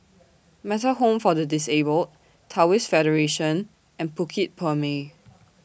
Metta Home For The Disabled Taoist Federation and Bukit Purmei